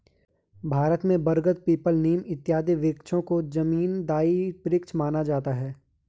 भारत में बरगद पीपल नीम इत्यादि वृक्षों को जीवनदायी वृक्ष माना जाता है